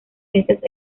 ciencias